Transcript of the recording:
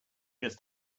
just